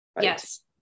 yes